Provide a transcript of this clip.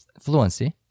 fluency